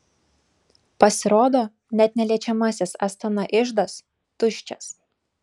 pasirodo net neliečiamasis astana iždas tuščias